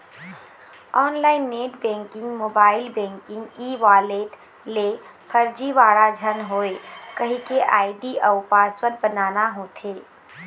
online net banking, mobile banking, e wallet ले फरजीवाड़ा झन होए कहिके आईडी अउ पासवर्ड बनाना होथे